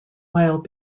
while